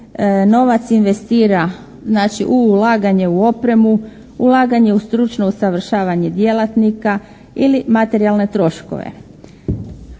novac investira, znači, u ulaganje u opremu, ulaganje u stručno usavršavanje djelatnika ili materijalne troškove.